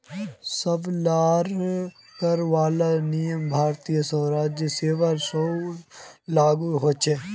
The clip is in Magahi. सब ला कर वाला नियम भारतीय राजस्व सेवा स्व लागू होछे